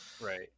Right